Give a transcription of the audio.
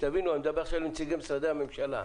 אני מדבר עכשיו אל נציגי משרדי הממשלה.